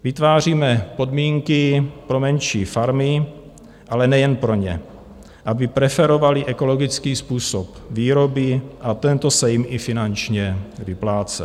Vytváříme podmínky pro menší farmy, ale nejen pro ně, aby preferovaly ekologický způsob výroby a tento se jim i finančně vyplácel.